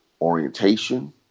orientation